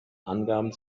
angaben